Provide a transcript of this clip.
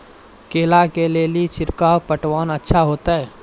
केला के ले ली छिड़काव पटवन अच्छा होते?